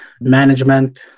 management